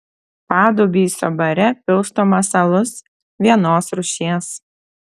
padubysio bare pilstomas alus vienos rūšies